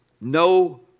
no